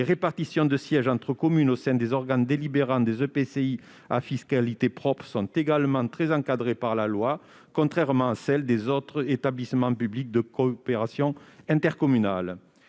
les répartitions de sièges entre communes au sein des organes délibérants des EPCI à fiscalité propre sont très encadrées par la loi, contrairement à celles des autres formes d'établissements publics de coopération intercommunale.